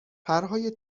پرهای